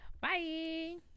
Bye